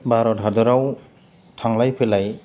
भारत हादराव थांलाय फैलाय